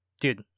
Dude